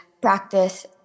practice